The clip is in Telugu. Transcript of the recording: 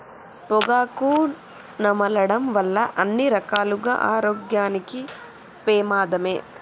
పొగాకు నమలడం వల్ల అన్ని రకాలుగా ఆరోగ్యానికి పెమాదమే